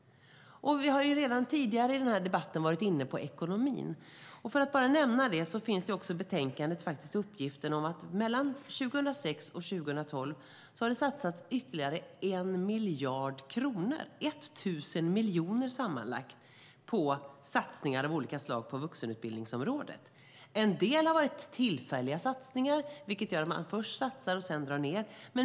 Vi har redan tidigare i debatten varit inne på ekonomin. Jag vill bara nämna att det i betänkandet finns uppgifter om att det mellan 2006 och 2012 sammanlagt har gjorts satsningar av olika slag inom vuxenutbildningsområdet för ytterligare 1 miljard kronor - 1 000 miljoner. En del har varit tillfälliga satsningar, vilket gör att man först satsar och sedan drar ned.